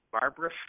Barbara